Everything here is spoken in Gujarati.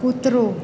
કૂતરો